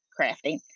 crafting